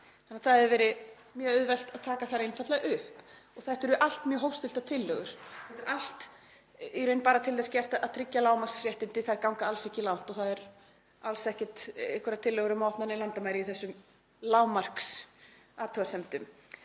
Það hefði því verið mjög auðvelt að taka þær einfaldlega upp og þetta eru allt mjög hófstilltar tillögur, þetta er allt bara til þess gert að tryggja lágmarksréttindi, þær ganga alls ekki langt og það eru alls ekki neinar tillögur um að opna landamæri í þessum lágmarksathugasemdum.